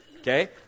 Okay